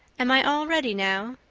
am i all ready now?